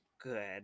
good